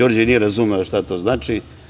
Đorđe nije razumeo šta to znači.